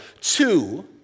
two